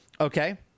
okay